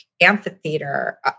amphitheater